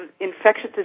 infectious